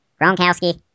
Gronkowski